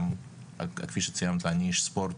כפי שציינת אני איש ספורט,